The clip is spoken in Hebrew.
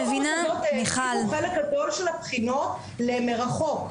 המוסדות העבירו חלק גדול של הבחינות למרחוק.